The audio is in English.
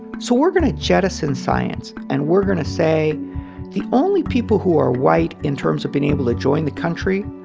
so we're going to jettison science and we're going to say the only people who are white, in terms of being able to join the country,